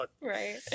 Right